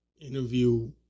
interview